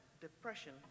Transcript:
depression